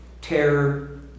terror